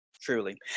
Truly